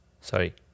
sorry